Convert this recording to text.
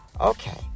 Okay